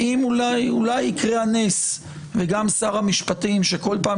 אולי יקרה הנס וגם שר המשפטים שכל פעם